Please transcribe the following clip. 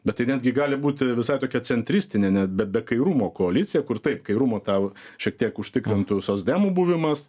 bet tai netgi gali būti visai tokia centristinė net be be kairumo koalicija kur taip kairumo tau šiek tiek užtikrintų socdemų buvimas